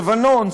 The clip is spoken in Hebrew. לבנון,